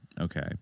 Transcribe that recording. Okay